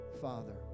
Father